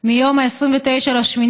מיום 29 באוגוסט